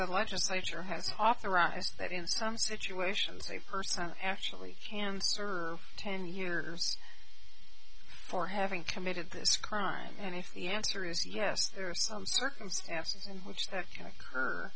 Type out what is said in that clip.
the legislature has authorized that in some situations a person actually can serve ten years for having committed this crime and if the answer is yes there are some circumstances in which that can occur